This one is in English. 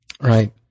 Right